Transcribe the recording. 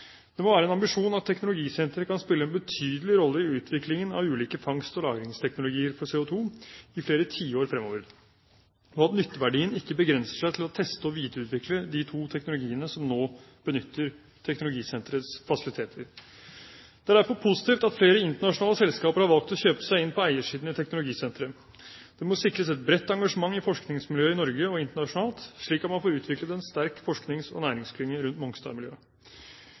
Det må være en ambisjon at teknologisenteret kan spille en betydelig rolle i utviklingen av ulike fangst- og lagringsteknologier for CO2 i flere tiår fremover, og at nytteverdien ikke begrenser seg til å teste og videreutvikle de to teknologiene som nå benytter teknologisenterets fasiliteter. Det er derfor positivt at flere internasjonale selskaper har valgt å kjøpe seg inn på eiersiden i teknologisenteret. Det må sikres et bredt engasjement i forskningsmiljøet i Norge og internasjonalt, slik at man får utviklet en sterk forsknings- og næringsklynge rundt